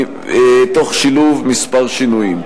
תוך שילוב כמה שינויים.